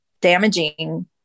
damaging